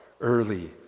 Early